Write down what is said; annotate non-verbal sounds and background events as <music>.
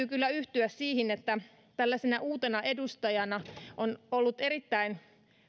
<unintelligible> kyllä yhtyä siihen että tällaisena uutena edustajana on ollut erittäin